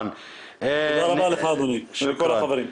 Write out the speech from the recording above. תודה רבה לך אדוני, ולכל החברים.